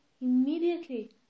immediately